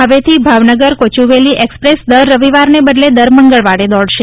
હવેથી ભાવનગર કોયુવેલી એક્સપ્રેસ દર રવિવારને બદલે દર મંગળવારે દોડશે